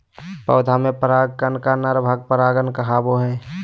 पौधा में पराग कण का नर भाग परागकण कहावो हइ